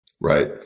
Right